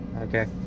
Okay